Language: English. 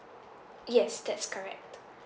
yes that's correct